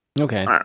Okay